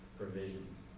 provisions